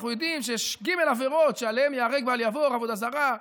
אנחנו יודעים שיש ג' עבירות שעליהן ייהרג ובל יעבור: עבודה זרה,